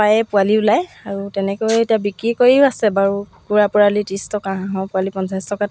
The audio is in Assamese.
যিহেতু ওচৰৰ ভণ্টিকেইজনীয়েও মোক সহায় কৰি দিয়ে ত' আছোঁ আৰু এনেকেই চলি